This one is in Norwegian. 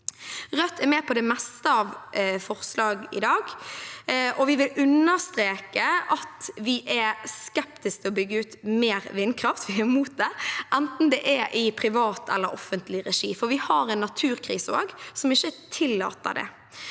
Rødt er med på det meste av forslag i dag. Vi vil understreke at vi er skeptiske til å bygge ut mer vindkraft, for det er vi imot, enten det er i privat eller offentlig regi. Vi har en naturkrise som ikke tillater det.